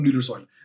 soil